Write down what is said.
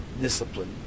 discipline